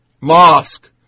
mosque